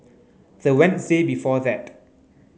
the Wednesday before that